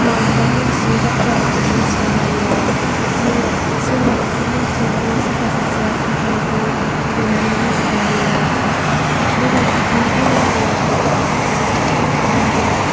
माबेबा मोनथियै बाथ्राफोरखौ मोनथिनो हायो सोरबा सासेया मोनथियैखौ सोरबा सासेया खिन्थानायखौ नुनानै मोनथिनो हायो बेनिखायनो आङो ससियेल मिडिया आव